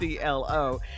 CLO